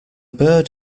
bird